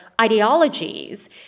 ideologies